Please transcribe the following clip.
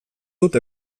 dut